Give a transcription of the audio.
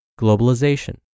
globalization